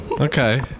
Okay